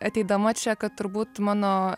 ateidama čia kad turbūt mano